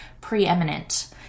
preeminent